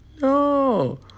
No